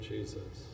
Jesus